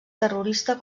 terrorista